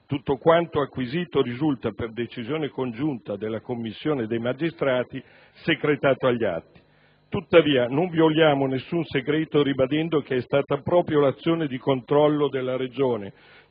materiale acquisito risulta, per decisione congiunta della Commissione e dei magistrati, secretato agli atti. Tuttavia, non violiamo nessun segreto ribadendo che è stata proprio l'azione di controllo della Regione,